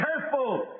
careful